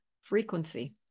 frequency